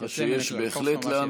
יוצא מן הכלל.